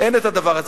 אין הדבר הזה.